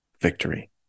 victory